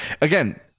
again